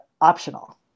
optional